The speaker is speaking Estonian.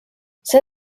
see